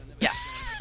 yes